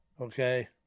okay